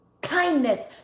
kindness